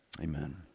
Amen